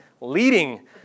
leading